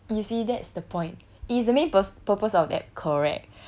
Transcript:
you see that's the point is the main purs~ purpose of that correct